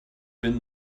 been